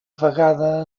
vegada